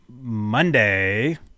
Monday